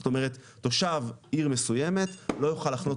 זאת אומרת תושב עיר מסוימת לא יכול לחנות